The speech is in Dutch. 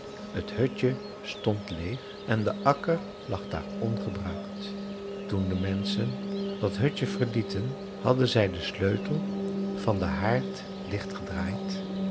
t hutje stond leeg en de akker lag daar ongebruikt toen de menschen dat hutje verlieten hadden zij den sleutel van den haard